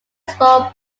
small